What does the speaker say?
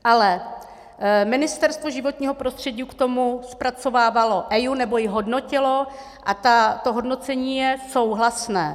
Ale Ministerstvo životního prostředí k tomu zpracovávalo EIA, nebo ji hodnotilo, a to hodnocení je souhlasné.